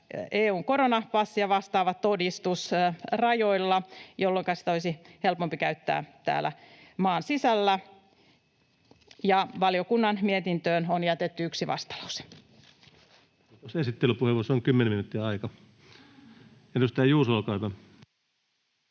EU:n koronapassia vastaava todistus rajoilla, jolloinka sitä olisi helpompi käyttää täällä maan sisällä. Valiokunnan mietintöön on jätetty yksi vastalause. [Speech 583] Speaker: Ensimmäinen varapuhemies Antti Rinne Party: